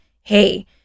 hey